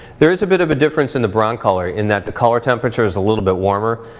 there is a bit of a difference in the broncolor, in that the color temperature's a little bit warmer.